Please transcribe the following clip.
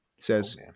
says